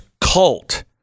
cult